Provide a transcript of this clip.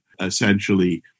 essentially